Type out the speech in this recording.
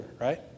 right